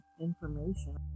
information